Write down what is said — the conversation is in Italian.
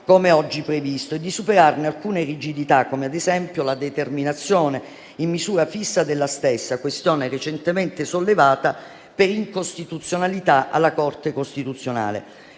come oggi previsto, e di superarne alcune rigidità, come ad esempio la sua determinazione in misura fissa, questione recentemente sollevata per incostituzionalità davanti alla Corte costituzionale,